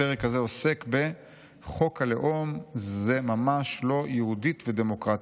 הפרק הזה עוסק ב"חוק הלאום זה ממש לא 'יהודית ודמוקרטית'",